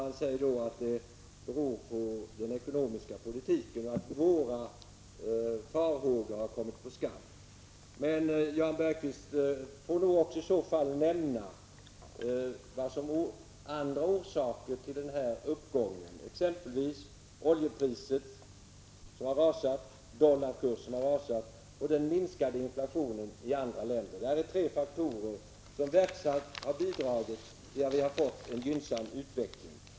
Han menade att det beror på den ekonomiska politiken och hävdade att våra farhågor har kommit på skam. Men Jan Bergqvist får då också nämna andra orsaker till denna uppgång, exempelvis oljeprisets ras, dollarkursens fall och den minskade inflationen i andra länder. Dessa tre faktorer har verksamt bidragit till att vi har fått en gynnsam utveckling.